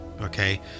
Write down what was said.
Okay